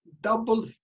double